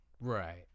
Right